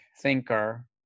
thinker